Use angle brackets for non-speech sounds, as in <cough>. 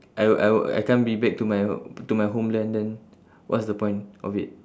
I will I will I can't be back to my to my <noise> homeland then what's the point of it